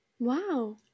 Wow